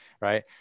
Right